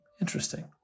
interesting